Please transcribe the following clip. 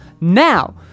now